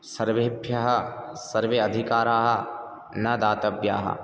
सर्वेभ्यः सर्वे अधिकाराः न दातव्याः